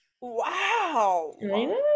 Wow